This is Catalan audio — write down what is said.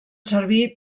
servir